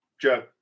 Joe